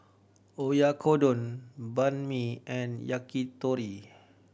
Oyakodon Banh Mi and Yakitori